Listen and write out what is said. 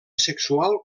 sexual